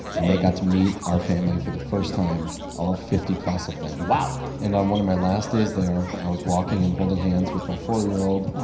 and got to meet our family for the first time all fifty plus of them wow and on one of my last days there, i was walking and holding hands with my four year old.